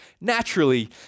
naturally